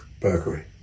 Burglary